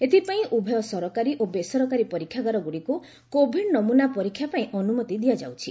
ଏଥିପାଇଁ ଉଭୟ ସରକାରୀ ଓ ବେସରକାରୀ ପରୀକ୍ଷାଘାର ଗୁଡ଼ିକୁ କୋଭିଡ ନମୂନା ପରୀକ୍ଷା ପାଇଁ ଅନୁମତି ଦିଆଯାଉଛି